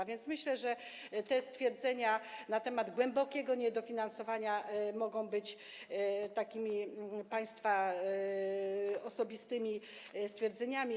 A więc myślę, że te stwierdzenia na temat głębokiego niedofinansowania mogą być takimi państwa osobistymi stwierdzeniami.